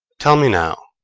tell me now,